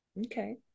Okay